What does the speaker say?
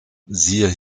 siehe